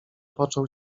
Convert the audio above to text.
począł